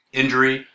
injury